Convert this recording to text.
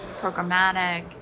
Programmatic